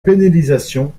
pénalisation